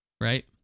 Right